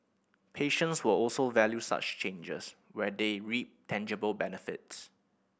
patients will also value such changes where they reap tangible benefits